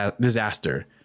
disaster